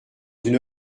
une